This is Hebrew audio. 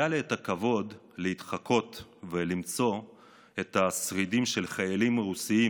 היה לי הכבוד להתחקות ולמצוא את השרידים של חיילים רוסים,